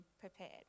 prepared